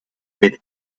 with